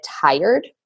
tired